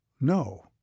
No